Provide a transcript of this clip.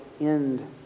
end